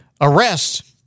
arrest